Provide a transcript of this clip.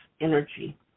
energy